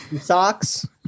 Socks